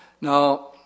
Now